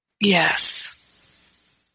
Yes